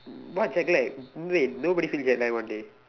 what jetlag dey nobody feel jetlag one dey